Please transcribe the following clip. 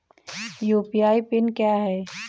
UPI PIN क्या है?